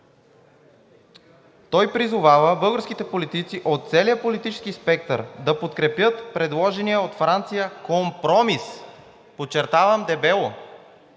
Той призовава българските политици от целия политически спектър да подкрепят предложения от Франция компромис. Подчертавам дебело,